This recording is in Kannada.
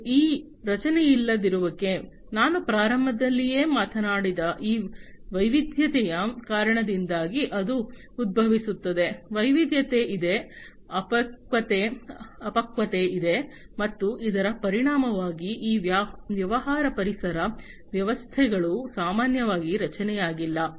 ಮತ್ತು ಈ ರಚನೆಯಿಲ್ಲದಿರುವಿಕೆ ನಾನು ಪ್ರಾರಂಭದಲ್ಲಿಯೇ ಮಾತನಾಡಿದ ಈ ವೈವಿಧ್ಯತೆಯ ಕಾರಣದಿಂದಾಗಿ ಅದು ಉದ್ಭವಿಸುತ್ತದೆ ವೈವಿಧ್ಯತೆ ಇದೆ ಅಪಕ್ವತೆ ಇದೆ ಮತ್ತು ಇದರ ಪರಿಣಾಮವಾಗಿ ಈ ವ್ಯವಹಾರ ಪರಿಸರ ವ್ಯವಸ್ಥೆಗಳು ಸಾಮಾನ್ಯವಾಗಿ ರಚನೆಯಾಗಿಲ್ಲ